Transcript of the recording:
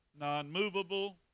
Non-movable